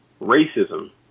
Racism